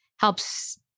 helps